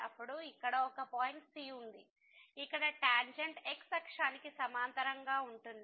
అప్పుడు ఇక్కడ ఒక పాయింట్ cఉంది ఇక్కడ టాంజెంట్ x అక్షానికి సమాంతరంగా ఉంటుంది